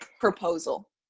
proposal